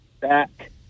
back